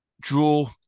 draw